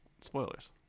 spoilers